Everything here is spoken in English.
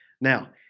Now